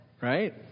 Right